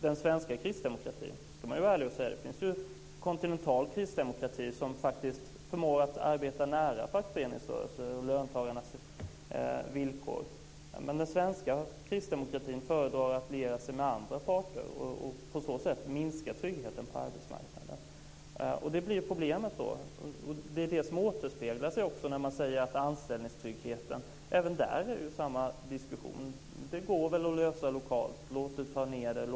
Det finns, det ska man ärligt säga, kontinental kristdemokrati som faktiskt förmår att arbeta nära fackföreningsrörelser och se till löntagarnas villkor. Därför har jag svårt att förstå varför den svenska kristdemokratin föredrar att liera sig med andra parter och på så sätt minska tryggheten på arbetsmarknaden. Det blir ett problem, och det återspeglar sig också när man talar om anställningstryggheten. Även där är det samma diskussion: Det går väl att lösa lokalt. Låt dem ta ned den.